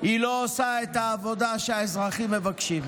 לא עושה את העבודה שהאזרחים מבקשים.